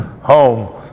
home